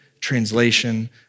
translation